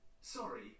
Sorry